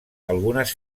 algunes